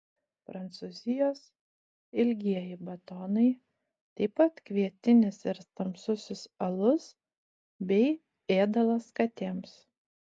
prancūzijos ilgieji batonai taip pat kvietinis ir tamsusis alus bei ėdalas katėms